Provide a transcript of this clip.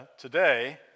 today